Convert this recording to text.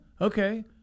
Okay